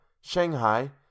Shanghai